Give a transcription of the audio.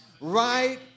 Right